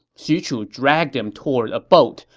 xu chu dragged him toward a boat,